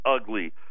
ugly